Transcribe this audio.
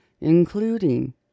including